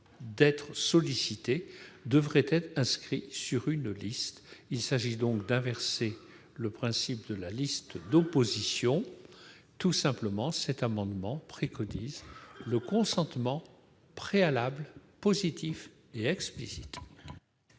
d'être sollicités devraient être inscrits sur une liste. Il s'agit donc d'inverser le principe de la liste d'opposition. Cet amendement vise tout simplement à prévoir le consentement préalable, positif et exclusif.